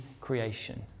creation